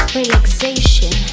relaxation